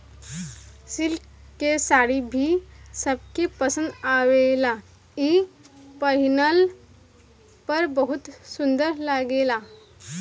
silk के साड़ी भी सबके पसंद आवेला इ पहिनला पर बहुत सुंदर लागेला